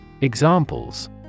Examples